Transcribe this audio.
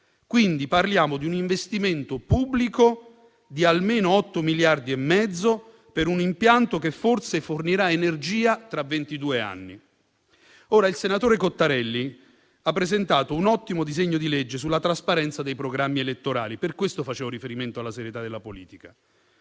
quindi di un investimento pubblico di almeno 8,5 miliardi per un impianto che forse fornirà energia tra ventidue anni. Il senatore Cottarelli ha presentato un ottimo disegno di legge sulla trasparenza dei programmi elettorali, per questo facevo riferimento alla serietà della politica.